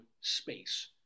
space